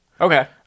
Okay